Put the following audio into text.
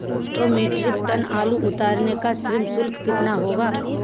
दो metric tonne आलू उतारने का श्रम शुल्क कितना होगा?